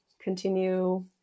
continue